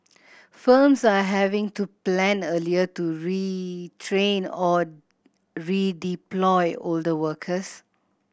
firms are having to plan earlier to retrain or redeploy older workers